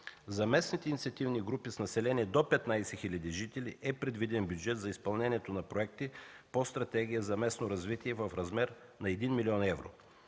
За местните инициативни групи с население до 15 хиляди жители е предвиден бюджет за изпълнението на проекти по Стратегията за местно развитие в размер на 1 млн. евро.